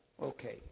Okay